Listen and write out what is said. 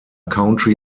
country